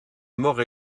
mort